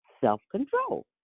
self-control